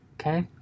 Okay